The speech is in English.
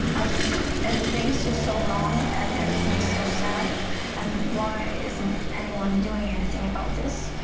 i just thought everything is just so wrong and everything is so sad and why isn't anyone doing anything about this?